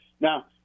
Now